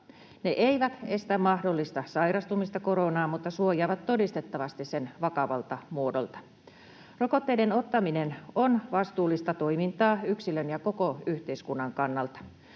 Ne eivät estä mahdollista sairastumista koronaan mutta suojaavat todistettavasti sen vakavalta muodolta. Rokotteiden ottaminen on vastuullista toimintaa yksilön ja koko yhteiskunnan kannalta.